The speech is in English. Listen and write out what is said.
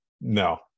No